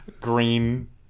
green